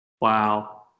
Wow